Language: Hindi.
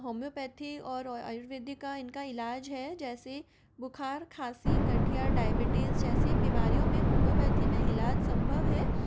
होम्योपैथी और आयुर्वेदिक का इनका इलाज है जैसे बुख़ार खांसी गठिया डायबिटीज़ जैसी बीमारियों में होम्योपैथी में इलाज सम्भव है